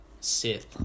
Sith